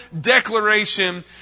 declaration